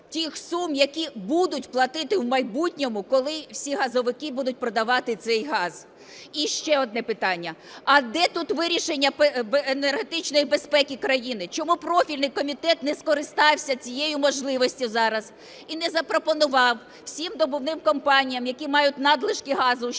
тих сум, які будуть платити в майбутньому, коли всі газовики будуть продавати цей газ. І ще одне питання. А де тут вирішення енергетичної безпеки країни? Чому профільний комітет не скористався цією можливістю зараз і не запропонував всім добувним компаніям, які мають надлишки газу, щоб